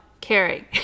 caring